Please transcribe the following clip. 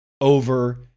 over